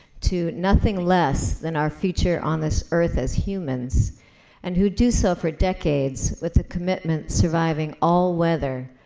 to nothing less than our future on this earth as humans and who do so for decades with the commitment surviving all weather,